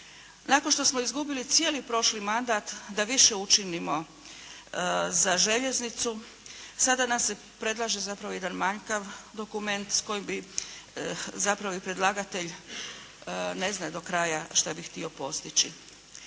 Nakon što smo izgubili cijeli prošli mandat da više učinimo za željeznicu, sada nam se predlaže zapravo jedan manjkav dokument s kojim bi, zapravo i predlagatelj, ne zna do kraja šta bi htio postići.